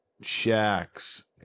shacks